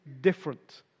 different